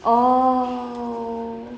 oh